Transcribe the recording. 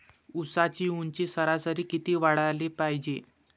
ऊसाची ऊंची सरासरी किती वाढाले पायजे?